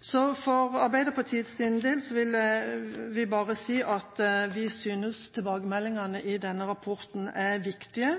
For Arbeiderpartiets del vil jeg si at vi synes tilbakemeldingene i denne rapporten er viktige,